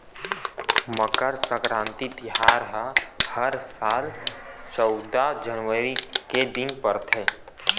मकर सकराति तिहार ह हर साल चउदा जनवरी के दिन परथे